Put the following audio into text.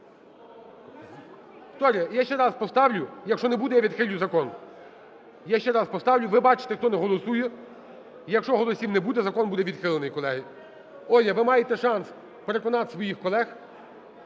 я ще раз поставлю, якщо не буде, я відхилю закон. Я ще раз поставлю. Ви бачите, хто не голосує. Якщо голосів не буде, закон буде відхилений, колеги. Оля, ви маєте шанс переконати своїх колег.